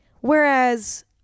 Whereas